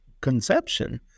conception